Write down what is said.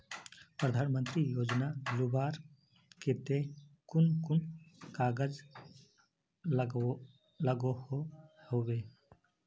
प्रधानमंत्री योजना लुबार केते कुन कुन कागज लागोहो होबे?